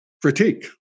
critique